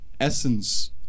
essence